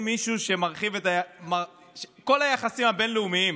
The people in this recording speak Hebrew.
מישהו שמחריב את כל היחסים הבין-לאומיים